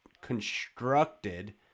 constructed